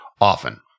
often